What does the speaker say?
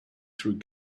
through